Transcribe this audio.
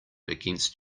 against